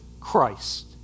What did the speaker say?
Christ